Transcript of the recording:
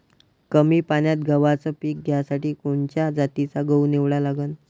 कमी पान्यात गव्हाचं पीक घ्यासाठी कोनच्या जातीचा गहू निवडा लागन?